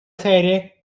serie